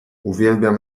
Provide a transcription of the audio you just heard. uwielbiam